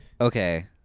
Okay